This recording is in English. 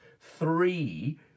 three